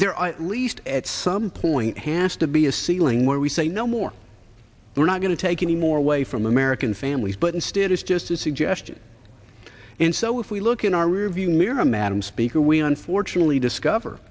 their least at some point has to be a ceiling where we say no more we're not going to take any more away from american families but instead it's just a suggestion and so if we look in our rearview mirror madam speaker we unfortunately discover